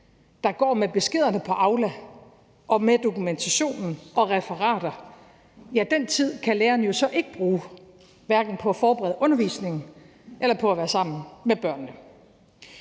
der går med beskederne på Aula og med dokumentation og referater, kan læreren jo så ikke bruge på hverken at forberede undervisningen eller på at være sammen med børnene.